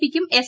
പിക്കും എസ്